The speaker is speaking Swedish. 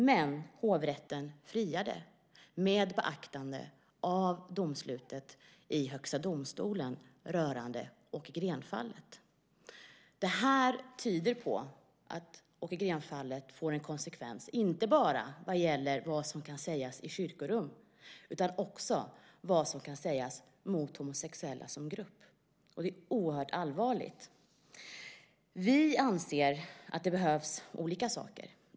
Men hovrätten friade med beaktande av domslutet i Högsta domstolen rörande Åke Green-fallet. Detta tyder på att Åke Green-fallet får en konsekvens inte bara när det gäller vad som kan sägas i kyrkorum utan också när det gäller vad som kan sägas mot homosexuella som grupp. Och det är oerhört allvarligt. Vi anser att det behövs olika saker.